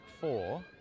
four